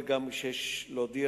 גברתי היושבת-ראש, תודה,